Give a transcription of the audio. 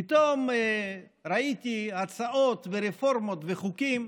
פתאום ראיתי הצעות ורפורמות וחוקים,